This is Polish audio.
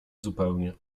zupełnie